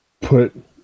put